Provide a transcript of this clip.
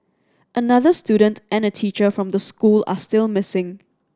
another student and a teacher from the school are still missing